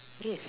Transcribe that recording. yes